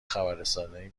خبررسانی